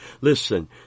Listen